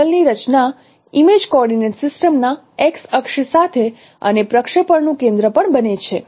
સમતલ ની રચના ઇમેજ કોઓર્ડિનેટ સિસ્ટમ ના x અક્ષ સાથે અને પ્રક્ષેપણનું કેન્દ્ર પણ બને છે